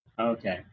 Okay